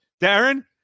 darren